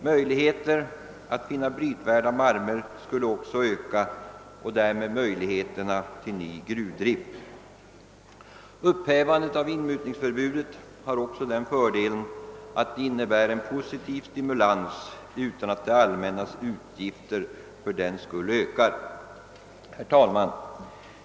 Möjligheterna att finna brytvärda malmer skulle också öka och därmed förutsättningarna för ny gruvdrift. Ett upphävande av inmutningsförbudet har även den fördelen att det skulle innebära en positiv stimulans utan att det allmännas utgifter fördenskull ökar. Herr talman!